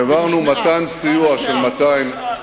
העברנו מתן סיוע של 200,